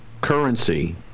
currency